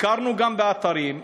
גם באתרים.